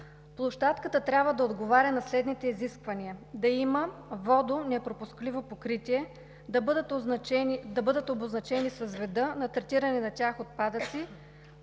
„Площадката трябва да отговаря на следните изисквания: да има водонепропускливо покритие; да бъдат обозначени със звезда третираните на тях отпадъци,